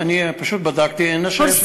אני בדקתי, אין השעיה.